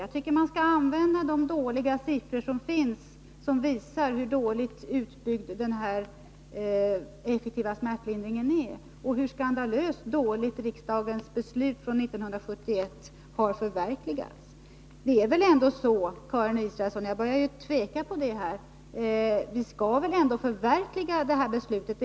Jag anser att man skall använda de låga siffror som visar hur dåligt utbyggd den effektiva smärtlindringen är och hur skandalöst dåligt riksdagens beslut från 1971 har förverkligats. Vi skall väl ändå, Karin Israelsson, förverkliga detta beslut? Jag börjar faktiskt tvivla på om hon anser det.